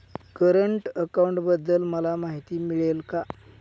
Current अकाउंटबद्दल मला माहिती मिळेल का?